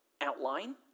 outline